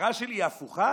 הפשרה שלי היא הפוכה?